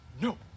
No